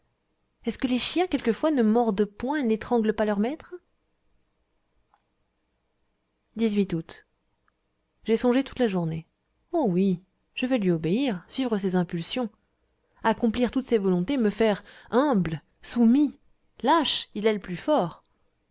est-ce que les chiens quelquefois ne mordent point et n'étranglent pas leurs maîtres août j'ai songé toute la journée oh oui je vais lui obéir suivre ses impulsions accomplir toutes ses volontés me faire humble soumis lâche il est le plus fort